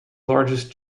largest